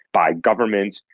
by governments,